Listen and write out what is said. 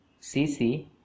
cc